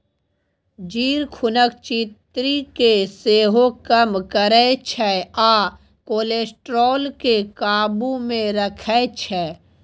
जीर खुनक चिन्नी केँ सेहो कम करय छै आ कोलेस्ट्रॉल केँ काबु मे राखै छै